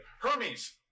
Hermes